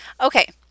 Okay